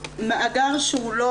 מאגר שהוא לא